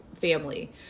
family